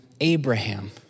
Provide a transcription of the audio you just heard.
Abraham